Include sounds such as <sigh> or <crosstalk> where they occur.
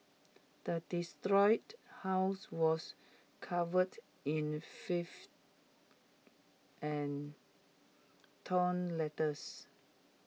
the <unintelligible> house was covered in fifth and torn letters